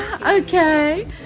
Okay